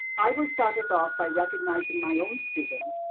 i will start us off by recognizing my own student,